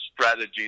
strategy